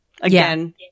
Again